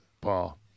Paul